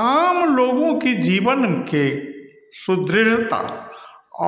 आम लोगों की जीवन के सुदृढ़ता